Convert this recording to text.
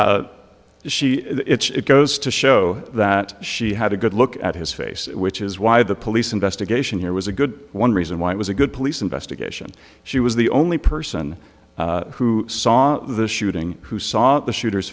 she it goes to show that she had a good look at his face which is why the police investigation here was a good one reason why it was a good police investigation she was the only person who saw the shooting who saw the shooter